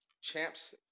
champs